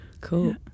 Cool